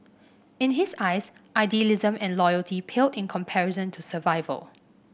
in his eyes idealism and loyalty paled in comparison to survival